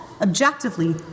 objectively